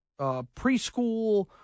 preschool